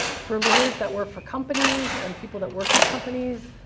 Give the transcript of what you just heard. for lawyers that work for companies and people that work in companies,